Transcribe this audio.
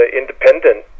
independent